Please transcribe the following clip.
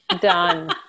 Done